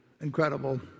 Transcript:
incredible